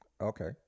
Okay